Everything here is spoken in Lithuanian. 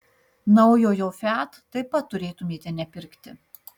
naujojo fiat taip pat turėtumėte nepirkti